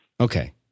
Okay